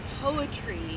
poetry